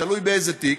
תלוי באיזה תיק,